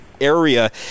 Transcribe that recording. area